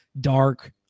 dark